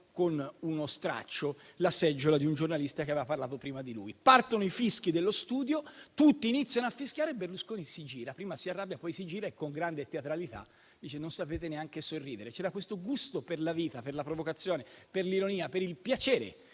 con uno straccio la seggiola di un giornalista che aveva parlato prima di lui. Partono i fischi dello studio. Tutti iniziano a fischiare. Berlusconi si gira e prima si arrabbia, poi si gira e, con grande teatralità, dice che non sanno neanche sorridere. C'era gusto per la vita, per la provocazione, per l'ironia, per il piacere,